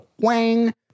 wang